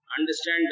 understand